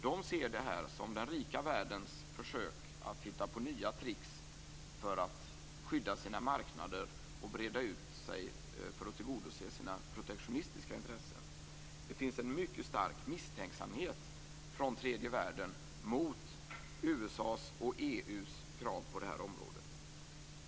De ser det här som den rika världens försök att hitta på nya trix för att skydda sina marknader och breda ut sig för att tillgodose sina protektionistiska intressen. Det finns en mycket stark misstänksamhet från tredje världen mot USA:s och EU:s krav på det här området.